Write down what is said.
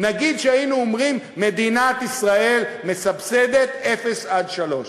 נגיד שהיינו אומרים: מדינת ישראל מסבסדת אפס עד שלוש,